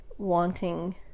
wanting